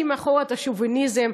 לשים מאחור את השוביניזם,